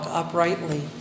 uprightly